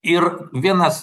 ir vienas